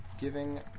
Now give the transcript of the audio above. giving